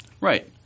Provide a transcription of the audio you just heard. Right